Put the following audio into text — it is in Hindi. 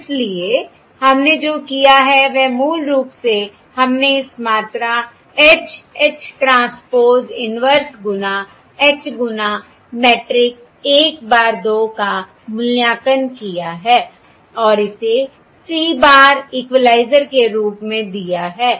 इसलिए हमने जो किया है वह मूल रूप से हमने इस मात्रा H H ट्रांसपोज़ इन्वर्स गुना H गुना मैट्रिक्स 1 बार 2 का मूल्यांकन किया है और इसे c bar इक्वलाइज़र के रूप में दिया है